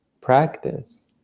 practice